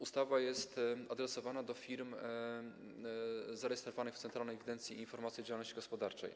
Ustawa jest adresowana do firm zarejestrowanych w Centralnej Ewidencji i Informacji o Działalności Gospodarczej.